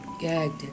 gagged